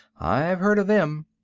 i've heard of them.